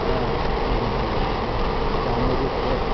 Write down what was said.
बिराथ मोजांसै आरो बे नाया जानायावबो टेस्ट